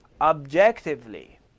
objectively